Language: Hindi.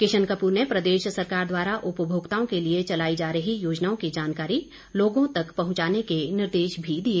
किशन कपूर ने प्रदेश सरकार द्वारा उपभोक्ताओं के लिए चलाई जा रही योजनाओं की जानकारी लोगों को पहुंचाने के निर्देश भी दिए